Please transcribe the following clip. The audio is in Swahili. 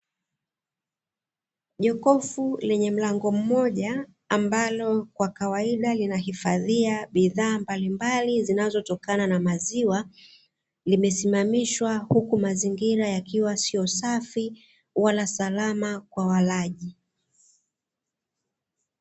Jokofu lenye mlango mmoja ambalo kwa kawaida linahifadhia bidhaa mbalimbali zinazotokana na maziwa, limesimamishwa huku mazingira yakiwa sio safi wala salama kwa walaji.